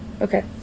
Okay